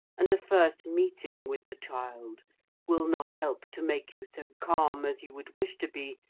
and a first meeting with the child will not help to make you so calm, as you would wish to be,